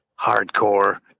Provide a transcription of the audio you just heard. hardcore